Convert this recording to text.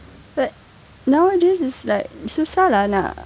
but nowadays is like susah lah nak